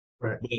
Right